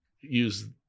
use